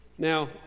Now